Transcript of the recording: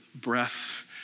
breath